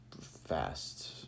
fast